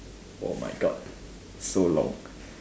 oh my god so long